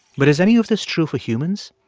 but is any of this true for humans?